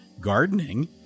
Gardening